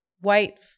white